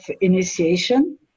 initiation